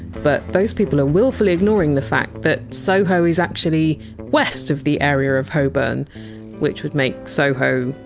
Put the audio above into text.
but those people are willfully ignoring the fact that soho is actually west of the area of holborn which would make soho,